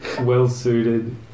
well-suited